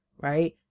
right